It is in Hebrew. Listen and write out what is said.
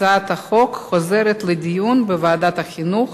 הצעת החוק חוזרת לדיון בוועדת החינוך,